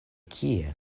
kie